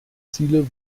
ziele